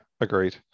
agreed